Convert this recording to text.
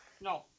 No